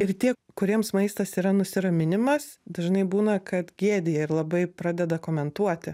ir tie kuriems maistas yra nusiraminimas dažnai būna kad gėdija ir labai pradeda komentuoti